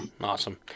Awesome